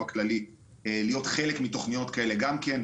הכללי להיות חלק מתוכניות כאלה גם כן,